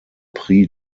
prix